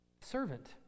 servant